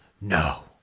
no